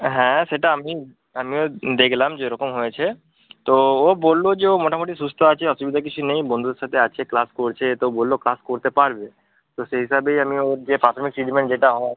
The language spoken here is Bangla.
হ্যাঁ সেটা আমনি আমিও দেখলাম যে এরকম হয়েছে তো ও বলল যে ও মোটামোটি সুস্থ আছে অসুবিধার কিছু নেই বন্ধুদের সাথে আছে ক্লাস করছে তো বলল ক্লাস করতে পারবে তো সেই হিসাবেই আমি ওর যে প্রাথমিক ট্রিটমেন্ট যেটা হয়